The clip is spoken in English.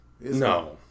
No